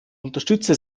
unterstütze